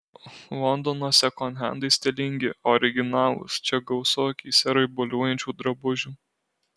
londono sekonhendai stilingi originalūs čia gausu akyse raibuliuojančių drabužių